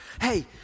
Hey